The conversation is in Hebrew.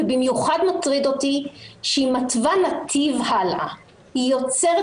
ובמיוחד מטריד אותי שהיא מתווה נתיב הלאה היא יוצרת